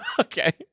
okay